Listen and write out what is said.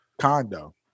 Condo